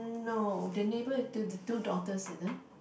no the neighbor two daughters is it